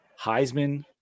Heisman